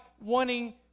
wanting